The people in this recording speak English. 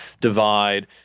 divide